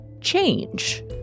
change